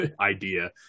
idea